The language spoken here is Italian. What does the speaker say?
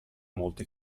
molti